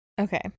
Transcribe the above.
Okay